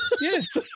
yes